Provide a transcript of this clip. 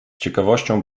ciekawością